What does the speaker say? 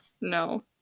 No